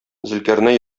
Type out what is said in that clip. зөлкарнәй